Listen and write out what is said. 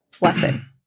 lesson